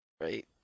Right